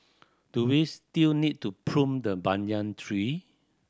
do we still need to prune the banyan tree